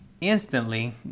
instantly